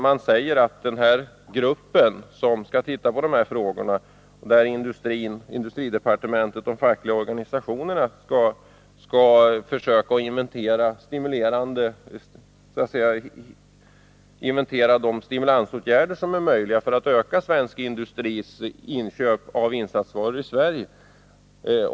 Man säger nämligen att den grupp från industridepartementet med företrädare för de fackliga organisationerna som skall titta på de här frågorna skall försöka inventera de stimulansåtgärder som är möjliga att vidta för att öka svensk industris inköp av insatsvaror i Sverige.